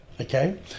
okay